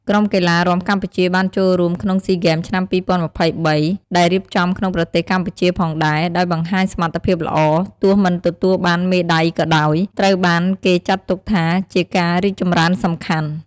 ក្រុមកីឡារាំកម្ពុជាបានចូលរួមក្នុងស៊ីហ្គេម ឆ្នាំ ២០២៣ ដែលរៀបចំក្នុងប្រទេសកម្ពុជាផងដែរ ដោយបង្ហាញសមត្ថភាពល្អ ទោះមិនទទួលបានមេដៃក៏ដោយ ត្រូវបានគេចាត់ទុកថាជាការរីកចម្រើនសំខាន់។